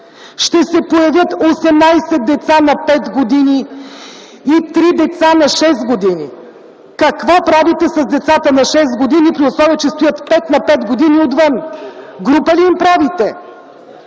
ще се появят 18 деца на 5 години и 3 деца на 6 години. Какво правите с децата на 6 години, при условие че 5 деца на 5 години стоят отвън?! Група ли им правите?